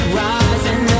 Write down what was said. rising